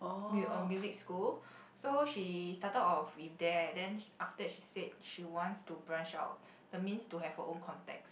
mu~ oh music school so she started off with there then after that she said she wants to branch out that means to have her own contacts